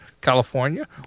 California